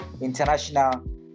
international